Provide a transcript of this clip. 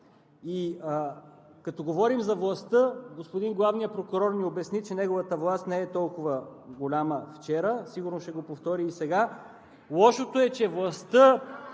Като говорим за властта, господин главният прокурор ни обясни, че неговата власт не е толкова голяма, вчера, сигурно ще го повтори и сега. (Реплики